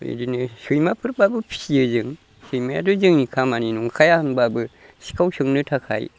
बेदिनो सैमाफोरब्लाबो फियो जों सैमायाथ' जोंनि खामानि नंखाया होनब्लाबो सिखाव सोंनो थाखाय